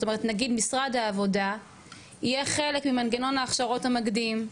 זאת אומרת נגיד משרד העבודה יהיה חלק ממנגנון ההכשרות המקדים,